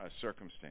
circumstance